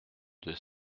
deux